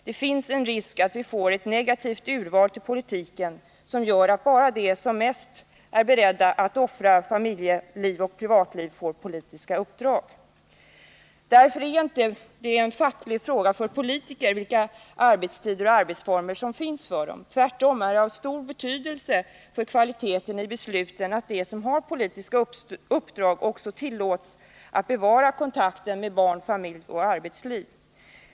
Det finns en risk att vi får ett negativt urval till politiken, som gör att bara de som mest är beredda att offra familjeoch privatliv får politiska uppdrag. Därför är det inte en ”facklig” fråga för politiker vilka arbetstider och arbetsformer som finns för dem. Tvärtom är det av stor betydelse för kvaliteten i besluten att de som har politiska uppdrag också tillåts att bevara kontakten med barn, familj och arbetsliv.